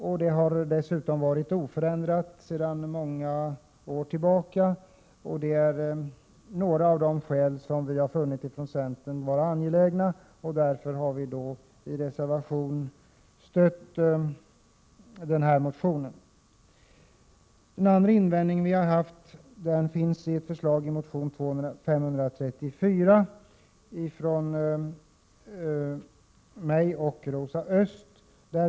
Beloppet har dessutom varit oförändrat sedan många år tillbaka. Vi har från centern ansett detta vara angeläget. Därför har vi i reservation 5 stött denna motion. Vår andra invändning mot regeringens förslag återfinns i motion Bo534 från mig och Rosa Östh.